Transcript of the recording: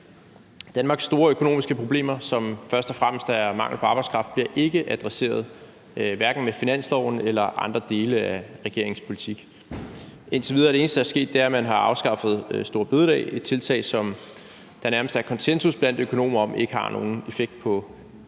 Danmarks store økonomiske problemer, som først og fremmest er mangel på arbejdskraft, bliver ikke adresseret, hverken med finansloven eller andre dele af regeringens politik. Indtil videre er det eneste, der er sket, at man har afskaffet store bededag – et tiltag, som der nærmest er konsensus blandt økonomer om ikke har nogen effekt på